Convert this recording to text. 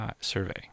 survey